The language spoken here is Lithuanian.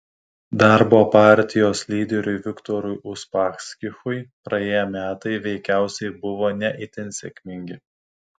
darbo partijos lyderiui viktorui uspaskichui praėję metai veikiausiai buvo ne itin sėkmingi